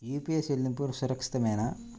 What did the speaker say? UPI చెల్లింపు సురక్షితమేనా?